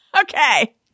Okay